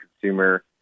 consumer